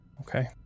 Okay